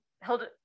held